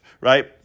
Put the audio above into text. Right